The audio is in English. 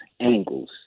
angles